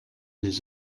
les